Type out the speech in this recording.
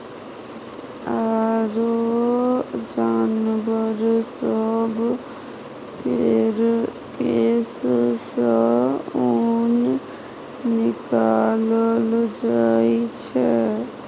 आरो जानबर सब केर केश सँ ऊन निकालल जाइ छै